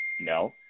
No